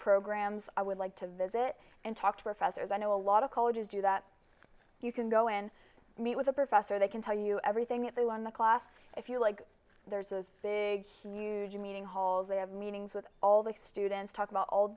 programs i would like to visit and talk to professors i know a lot of colleges do that you can go in meet with a professor they can tell you everything they were on the class if you like there's a big huge meeting halls they have meetings with all the students talk about all